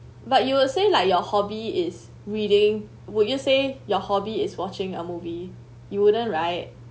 but you will say like your hobby is reading would you say your hobby is watching a movie you wouldn't right